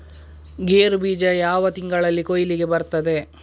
ಗೇರು ಬೀಜ ಯಾವ ತಿಂಗಳಲ್ಲಿ ಕೊಯ್ಲಿಗೆ ಬರ್ತದೆ?